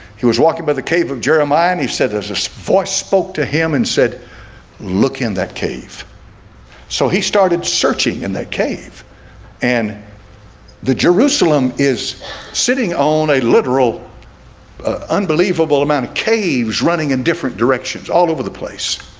he was walking by the cave of jeremiah and he said there's a voice spoke to him and said look in that cave so he started searching in that cave and the jerusalem is sitting on a literal unbelievable amount of caves running in different directions all over the place